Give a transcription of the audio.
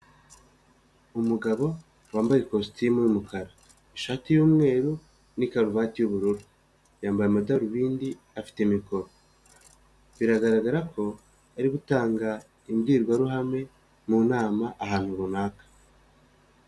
Umugabo wambaye ikositimu y'umukara, ishati y'umweru n'ikaruvati y'ubururu, yambaye amadarubindi afite mikoro, biragaragara ko ari gutanga imbwirwaruhame mu nama ahantu runaka.